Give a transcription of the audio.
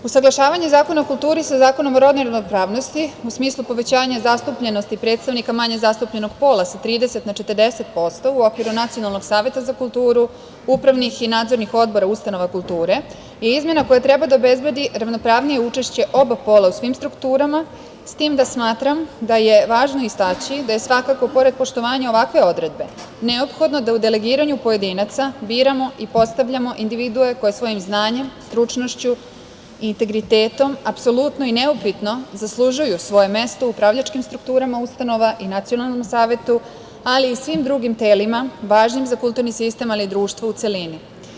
Usaglašavanje Zakona o kulturi sa Zakonom o rodnoj ravnopravnosti u smislu povećanja zastupljenosti predstavnika manje zastupljenog pola sa 30% na 40% u okviru Nacionalnog saveta za kulturu upravnih i nadzornih odbora ustanova kulture je izmena koja treba da obezbedi ravnopravnije učešće oba bola u svim strukturama, s tim da smatram da je važno istaći da je svakako pored poštovanja ovakve odredbe neophodno da u delegiranju pojedinaca biramo i postavljamo individue koje svojim znanjem, stručnošću i integritetom apsolutno i neupitno zaslužuju svoje mesto u upravljačkim strukturama ustava i Nacionalnom savetu, ali i svim drugim telima važnim za kulturni sistem, ali i društvo u celini.